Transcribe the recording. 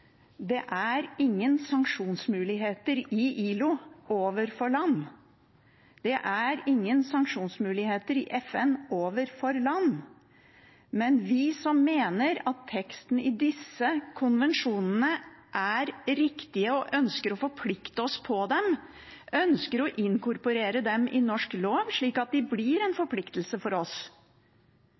er ingen sanksjonsmuligheter i ILO overfor land. Det er ingen sanksjonsmuligheter i FN overfor land. Men vi som mener at teksten i disse konvensjonene er riktig og ønsker å forplikte oss på dem, ønsker å inkorporere dem i norsk lov, slik at de blir en forpliktelse for oss.